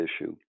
issue